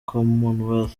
commonwealth